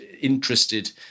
interested